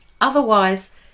Otherwise